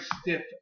stiff